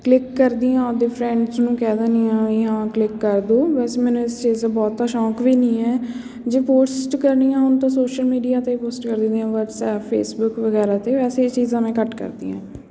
click ਕਰਦੀ ਹਾਂ ਆਪਦੇ ਫਰੈਂਡਸ ਨੂੰ ਕਹਿ ਦਿੰਦੀ ਹਾਂ ਵੀ ਹਾਂ ਕਲਿੱਕ ਕਰ ਦਿਉ ਵੈਸੇ ਮੈਨੂੰ ਇਸ ਚੀਜ਼ ਦਾ ਬਹੁਤਾ ਸ਼ੌਕ ਵੀ ਨਹੀਂ ਹੈ ਜੇ ਪੋਸਟ ਕਰਨੀਆਂ ਹੋਣ ਤਾਂ ਸੋਸ਼ਲ ਮੀਡੀਆ 'ਤੇ ਪੋਸਟ ਕਰ ਦਿੰਦੀ ਹਾਂ ਵਟਸਐੱਪ ਫੇਸਬੁੱਕ ਵਗੈਰਾ 'ਤੇ ਵੈਸੇ ਇਹ ਚੀਜ਼ਾਂ ਮੈਂ ਘੱਟ ਕਰਦੀ ਹਾਂ